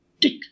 tick